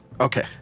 Okay